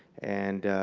and